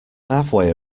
halfway